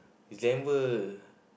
December